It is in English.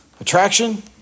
Attraction